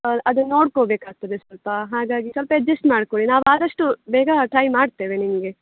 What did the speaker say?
ಹಾಂ ಅದು ನೋಡ್ಕೋಬೇಕು ಆಗ್ತದೆ ಸ್ವಲ್ಪ ಹಾಗಾಗಿ ಸ್ವಲ್ಪ ಅಡ್ಜಸ್ಟ್ ಮಾಡಿಕೊಳ್ಳಿ ನಾವು ಆದಷ್ಟು ಬೇಗ ಟ್ರೈ ಮಾಡ್ತೇವೆ ನಿಮಗೆ